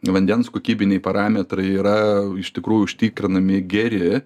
vandens kokybiniai parametrai yra iš tikrųjų užtikrinami geri